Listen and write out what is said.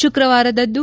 ಶುಕ್ರವಾರದದ್ದು